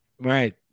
right